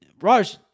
Raj